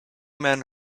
men